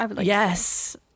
yes